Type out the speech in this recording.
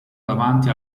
davanti